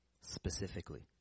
Specifically